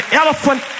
elephant